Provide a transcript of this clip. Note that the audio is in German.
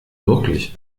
wirklich